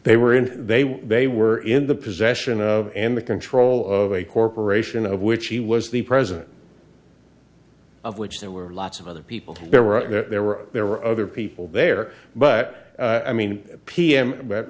they were and they were they were in the possession of and the control of a corporation of which he was the president of which there were lots of other people there were there were there were other people there but i mean p